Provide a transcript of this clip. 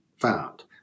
found